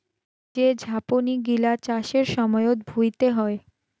যে ঝাপনি গিলা চাষের সময়ত ভুঁইতে হই